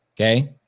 Okay